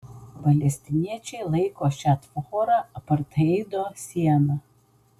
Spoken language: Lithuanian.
palestiniečiai laiko šią tvorą apartheido siena